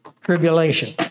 tribulation